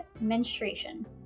menstruation